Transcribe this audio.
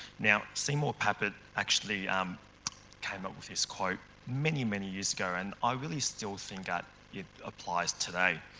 now, seymour papert actually um came up with this quote many, many years ago and i really still think that it applies today.